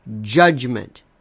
judgment